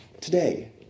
Today